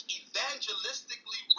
evangelistically